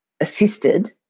assisted